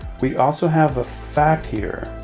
we also have a fact here.